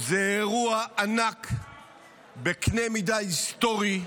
זה אירוע ענק בקנה מידה היסטורי,